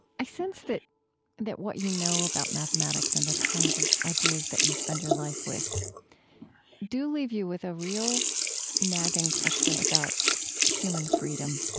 i sense that that what you know about mathematics and the kinds of ideas that you spend your life with do leave you with a real nagging question about human freedom,